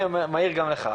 אני מעיר גם לך.